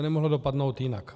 To nemohlo dopadnout jinak.